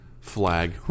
flag